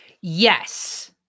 Yes